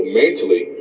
mentally